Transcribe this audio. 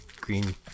green